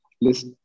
list